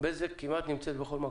בזק נמצאת כמעט בכל מקום.